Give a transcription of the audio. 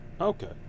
Okay